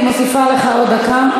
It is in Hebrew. אני מוסיפה לך עוד דקה,